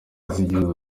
z’igihugu